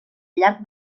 llarg